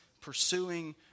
pursuing